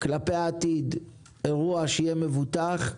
אירוע עתידי שיהיה מבוטח,